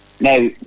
Now